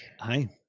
Hi